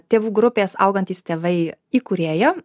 tėvų grupės augantys tėvai įkūrėja